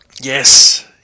Yes